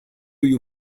you